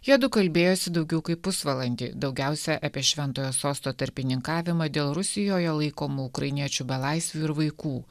jiedu kalbėjosi daugiau kaip pusvalandį daugiausia apie šventojo sosto tarpininkavimą dėl rusijoje laikomų ukrainiečių belaisvių ir vaikų